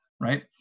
right